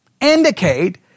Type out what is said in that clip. indicate